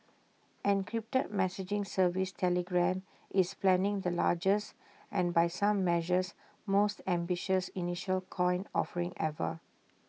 encrypted messaging service Telegram is planning the largest and by some measures most ambitious initial coin offering ever